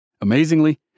Amazingly